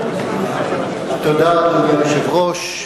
תודה, אדוני היושב-ראש.